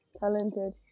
talented